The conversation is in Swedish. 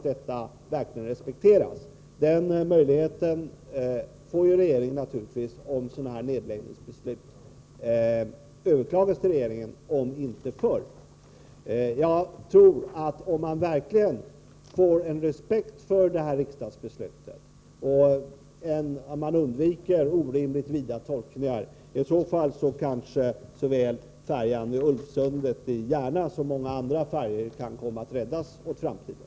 Den möjligheten uppkommer naturligtvis om nedläggningsbeslut överklagas till regeringen, om inte förr. Om man verkligen får respekt för det här riksdagsbeslutet och om man undviker orimligt vida tolkningar, kanske såväl färjan vid Ulvsundet i Järna som många andra färjor kan komma att räddas åt framtiden.